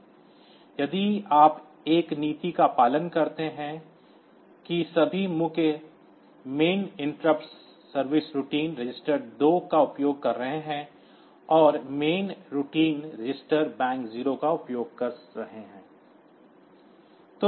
यदि आप एक नीति का पालन करते हैं कि सभी मुख्य व्यवधान सेवा रूटीन रजिस्टर 2 का उपयोग कर रहे हैं और मुख्य दिनचर्या रजिस्टर बैंक 0 का उपयोग कर रहे हैं